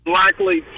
likely